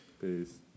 Peace